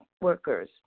workers